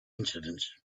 incidents